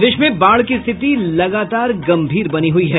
प्रदेश में बाढ़ की स्थिति लगातार गम्भीर बनी हुई है